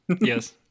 yes